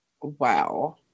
wow